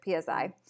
PSI